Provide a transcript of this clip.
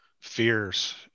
fears